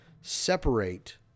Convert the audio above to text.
separate